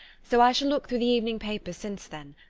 so i shall look through the evening papers since then,